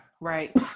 right